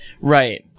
Right